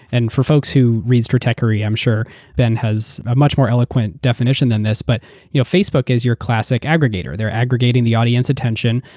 and for folks who read stratechery, i'm sure ben has a much more eloquent definition than this. but you know facebook is your classic aggregator. they're aggregating the audience's attention.